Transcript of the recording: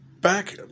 Back